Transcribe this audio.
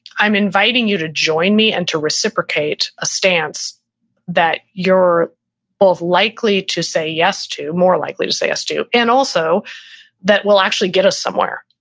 i'm inviting you to join me and to reciprocate a stance that you're both likely to say yes to, more likely to say yes to and also that will actually get us somewhere,